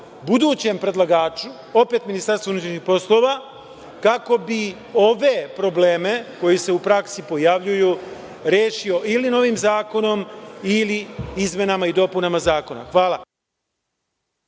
budućem predlagaču, opet MUP-u, kako bi ove probleme koji se u praksi pojavljuju rešio ili novim zakonom ili izmenama i dopunama zakona. Hvala.